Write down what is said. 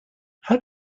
how